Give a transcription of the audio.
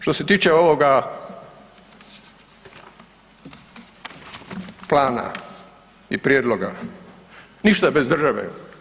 Što se tiče ovoga plana i prijedloga, ništa bez države.